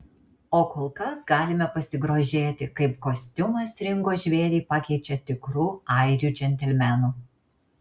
o kol kas galime pasigrožėti kaip kostiumas ringo žvėrį pakeičia tikru airių džentelmenu